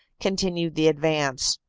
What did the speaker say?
con tinued the advance.